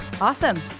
Awesome